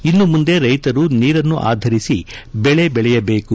ಇನ್ನು ಮುಂದೆ ರೈತರು ನೀರನ್ನು ಆಧರಿಸಿ ಬೆಳೆ ಬೆಳೆಯಬೇಕು